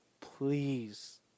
please